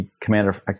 Commander